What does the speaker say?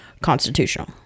constitutional